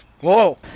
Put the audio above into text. Whoa